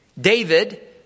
David